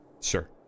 Sure